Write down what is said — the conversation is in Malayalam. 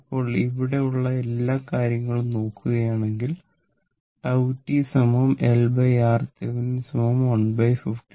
ഇപ്പോൾ ഇവിടെ ഉള്ള എല്ലാ കാര്യങ്ങളും നോക്കുകയാണെങ്കിൽ τ LRThevenin 115 seconds